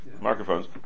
Microphones